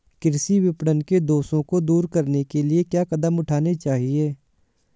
कृषि विपणन के दोषों को दूर करने के लिए क्या कदम उठाने चाहिए?